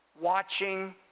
watching